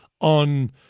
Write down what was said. on